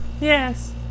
Yes